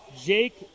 Jake